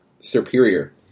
Superior